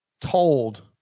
told